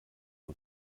nur